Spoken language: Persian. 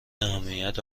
اهمیت